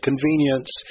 convenience